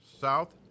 South